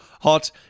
Hot